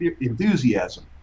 enthusiasm